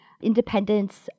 independence